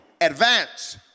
advance